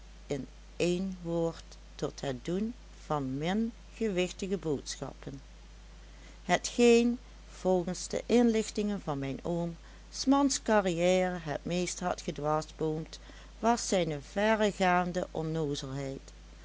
in één woord tot het doen van min gewichtige boodschappen hetgeen volgens de inlichtingen van mijn oom s mans carrière het meest had gedwarsboomd was zijne verregaande